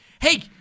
Hey